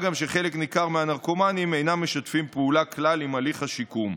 מה גם שחלק ניכר מהנרקומנים אינם משתפים פעולה כלל עם תהליך השיקום.